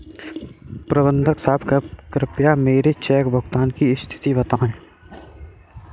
प्रबंधक साहब कृपया मेरे चेक भुगतान की स्थिति बताएं